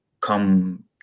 come